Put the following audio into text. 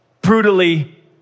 brutally